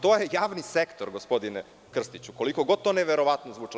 To je javni sektor, gospodine Krstiću, koliko god to neverovatno zvučalo.